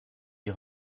die